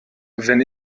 wenn